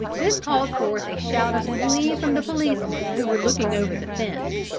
this called forth a shout of glee from the policemen who were looking over the fence,